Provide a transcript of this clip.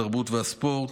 התרבות והספורט,